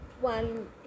one